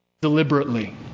Deliberately